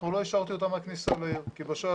לא אישרנו אותה מהכניסה לעיר כי בשעה